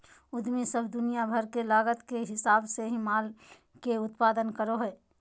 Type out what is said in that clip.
उद्यमी सब दुनिया भर के लागत के हिसाब से ही माल के उत्पादन करो हय